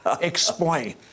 Explain